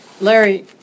Larry